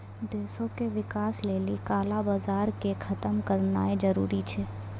देशो के विकास लेली काला बजार के खतम करनाय जरूरी छै